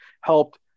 helped